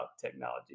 technology